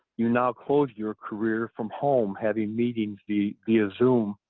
you know close your career from home, having meetings via via zoom.